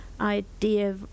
idea